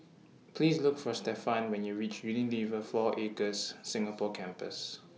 Please Look For Stephen when YOU REACH Unilever four Acres Singapore Campus